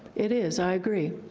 it is, i agree.